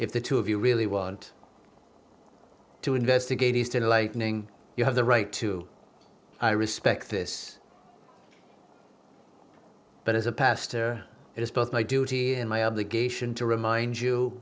if the two of you really want to investigate eastern late knowing you have the right to i respect this but as a pastor it is both my duty and my obligation to remind you